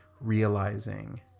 realizing